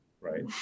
right